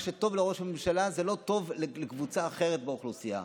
מה שטוב לראש הממשלה זה לא טוב לקבוצה אחרת באוכלוסייה,